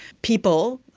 people,